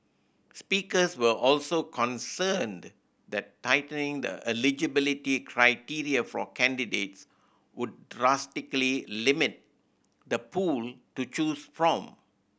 speakers were also concerned that tightening the eligibility criteria for candidates would drastically limit the pool to choose from